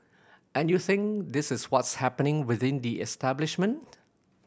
and you think this is what's happening within the establishment